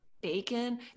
bacon